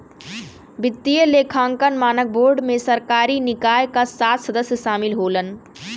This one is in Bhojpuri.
वित्तीय लेखांकन मानक बोर्ड में सरकारी निकाय क सात सदस्य शामिल होलन